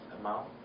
amount